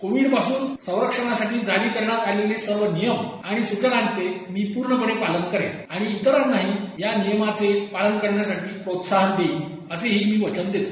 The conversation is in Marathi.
कोविडपासून संरक्षणासाठी जारी करण्यात आलेल्या सर्व नियम आणि सूचनांचे मी पूर्णपणे पालन करेन आणि इतरांनाही या नियमांचे पालन करण्यासाठी प्रोत्साहन देईन असेही मी वचन देतो